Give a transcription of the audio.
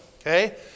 Okay